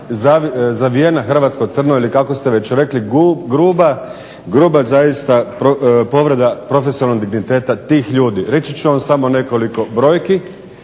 Hrvatska u crno ili kako ste već rekli gruba zaista povreda profesionalnog digniteta tih ljudi. Reći ću vam samo nekoliko brojki